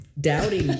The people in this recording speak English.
doubting